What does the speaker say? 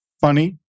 funny